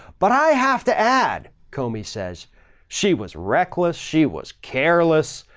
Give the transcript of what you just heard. but i have to add, komi says she was reckless, she was careless.